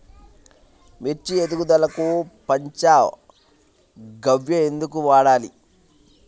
మిర్చి ఎదుగుదలకు పంచ గవ్య ఎందుకు వాడాలి?